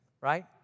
right